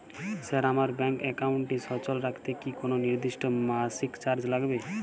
Sir আমার bank একাউন্টটি সচল রাখতে কি কোনো নির্দিষ্ট মাসিক চার্জ লাগবে?